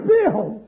Bill